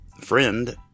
Friend